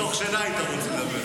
מתוך שינה היא תרוץ לדבר.